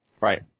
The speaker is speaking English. Right